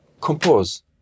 compose